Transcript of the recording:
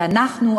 ואנחנו,